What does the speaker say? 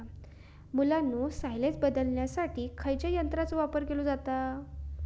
मुलांनो सायलेज बदलण्यासाठी खयच्या यंत्राचो वापर केलो जाता?